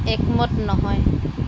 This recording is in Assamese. একমত নহয়